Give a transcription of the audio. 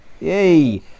Yay